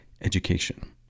education